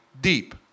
deep